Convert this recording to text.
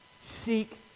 Seek